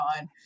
on